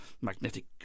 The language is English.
magnetic